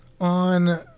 On